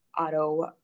auto